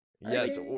yes